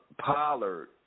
Pollard